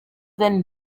then